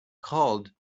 called